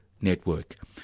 Network